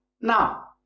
Now